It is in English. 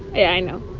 and i know